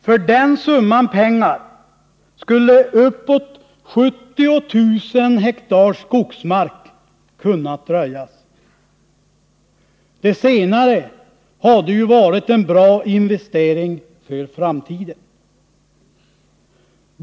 För den summan pengar skulle uppåt 70 000 hektar skogsmark kunnat röjas. Det senare hade ju varit en bra investering för framtiden.